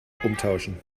umtauschen